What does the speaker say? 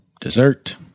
dessert